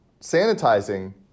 sanitizing